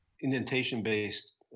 indentation-based